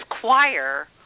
choir